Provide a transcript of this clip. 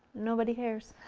nobody cares.